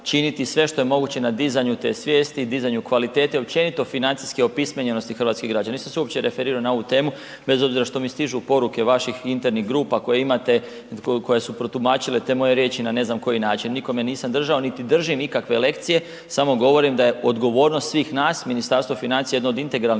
činiti sve što je moguće na dizanju te svijesti, dizanju kvalitete općenito financijske opismenjenosti hrvatskih građana. Nisam se uopće referirao na ovu temu bez obzira što mi stižu poruke vaših internih grupa koje imate, koje su protumačile te moje riječi na ne znam koji način. Nikome nisam držao, niti držim ikakve lekcije samo govorim da je odgovornost svih nas, Ministarstvo financija je jedno od integralnih